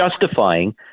justifying